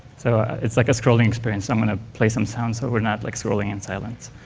so it's like a scrolling experience so i'm going to play some sound so we're not like scrolling in silence.